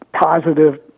Positive